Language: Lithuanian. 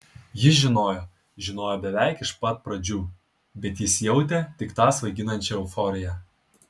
ji žinojo žinojo beveik iš pat pradžių bet jis jautė tik tą svaiginančią euforiją